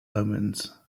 omens